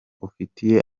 ufitiye